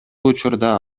учурда